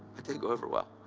didn't go over well.